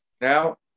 now